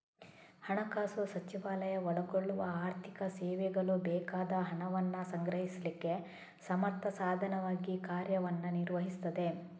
ಹಣಕಾಸು ಸಚಿವಾಲಯ ಒಳಗೊಳ್ಳುವ ಆರ್ಥಿಕ ಸೇವೆಗಳು ಬೇಕಾದ ಹಣವನ್ನ ಸಂಗ್ರಹಿಸ್ಲಿಕ್ಕೆ ಸಮರ್ಥ ಸಾಧನವಾಗಿ ಕಾರ್ಯವನ್ನ ನಿರ್ವಹಿಸ್ತದೆ